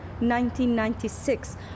1996